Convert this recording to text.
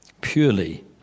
purely